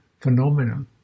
phenomena